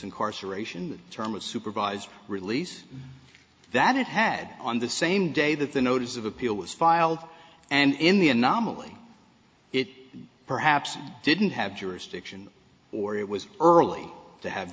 incarceration term of supervised release that it had on the same day that the notice of appeal was filed and in the anomaly it perhaps didn't have jurisdiction or it was early to have